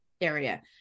area